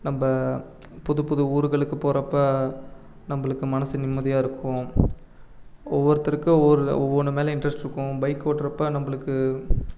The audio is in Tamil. நம்ம புது புது ஊருகளுக்கு போகிறப்ப நம்மளுக்கு மனசு நிம்மதியாக இருக்கும் ஒவ்வொருத்தருக்கு ஒவ்வொரு ஒவ்வொன்று மேலே இன்ட்ரெஸ்ட் இருக்கும் பைக் ஓட்டுறப்ப நம்மளுக்கு